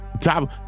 Top